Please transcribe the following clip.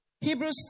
Hebrews